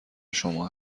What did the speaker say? شما